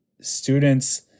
Students